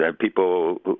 People